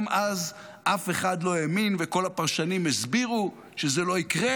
גם אז אף אחד לא האמין וכל הפרשנים הסבירו שזה לא יקרה,